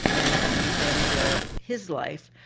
and to the end of his life,